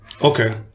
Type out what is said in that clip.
Okay